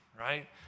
right